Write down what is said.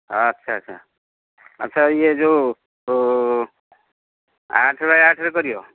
ଆଚ୍ଛା ଆଚ୍ଛା ଆଚ୍ଛା ଇଏ ଯୋଉ ଆଠ ବାଇ ଆଠରେ କରିବ